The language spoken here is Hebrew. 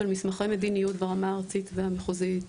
של מסמכי מדיניות ברמה הארצית והמחוזית.